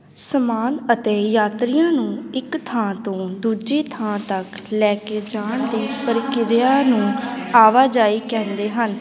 ਸਮਾਨ ਅਤੇ ਯਾਤਰੀਆਂ ਨੂੰ ਇੱਕ ਥਾਂ ਤੋਂ ਦੂਜੀ ਥਾਂ ਤੱਕ ਲੈ ਕੇ ਜਾਣ ਦੀ ਪ੍ਰਕਿਰਿਆ ਨੂੰ ਆਵਾਜਾਈ ਕਹਿੰਦੇ ਹਨ